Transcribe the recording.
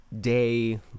Day